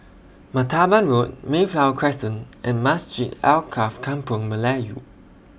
Martaban Road Mayflower Crescent and Masjid Alkaff Kampung Melayu